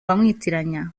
bamwitiranya